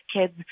kids